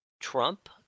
Trump